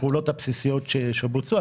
הפעולות הבסיסיות שבוצעו.